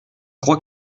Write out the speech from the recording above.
crois